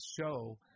show